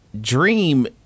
dream